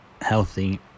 healthy